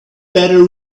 better